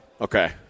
Okay